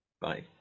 Bye